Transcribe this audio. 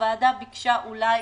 הוועדה ביקשה אולי